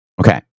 Okay